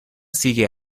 sigue